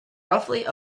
roughly